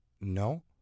No